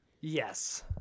yes